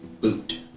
boot